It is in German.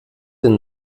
den